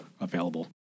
available